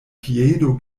piedo